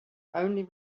only